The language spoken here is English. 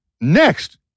Next